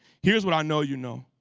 here's what i know you know.